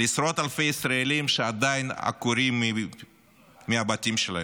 לעשרות אלפי ישראלי שעדיין עקורים מהבתים שלהם,